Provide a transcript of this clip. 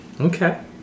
Okay